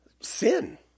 sin